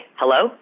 hello